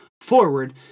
forward